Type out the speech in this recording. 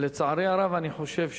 לצערי הרב, אני חושב,